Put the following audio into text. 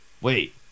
Wait